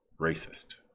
racist